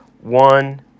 one